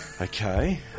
Okay